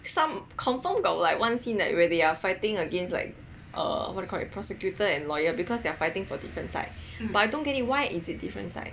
some confirm got like one scene that where they are fighting against like err what you call it prosecutor and lawyer because they are fighting for different side but I don't get it why is it different side